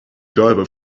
diver